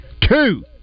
Two